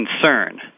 concern